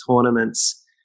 tournaments